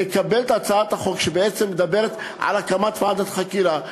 ולקבל את הצעת החוק שבעצם מדברת על הקמת ועדת חקירה,